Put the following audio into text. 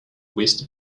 west